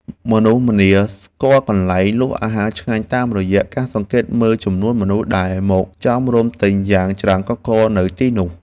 មនុស្សម្នាស្គាល់កន្លែងលក់អាហារឆ្ងាញ់តាមរយៈការសង្កេតមើលចំនួនមនុស្សដែលមកចោមរោមទិញយ៉ាងច្រើនកុះករនៅទីនោះ។